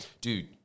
Dude